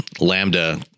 Lambda